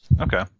Okay